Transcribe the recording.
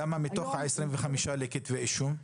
כמה מתוך 25 התיקים ממתינים לכתבי אישום?